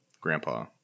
grandpa